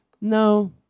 No